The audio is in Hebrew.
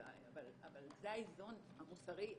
זה האיזון המוסרי,